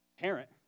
parent